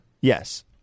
yes